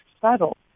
subtle